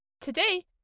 Today